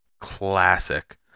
classic